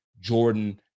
Jordan